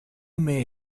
may